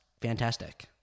fantastic